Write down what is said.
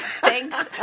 thanks